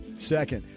second,